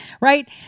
Right